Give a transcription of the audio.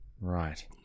Right